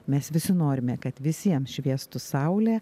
mes visi norime kad visiems šviestų saulė